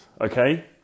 okay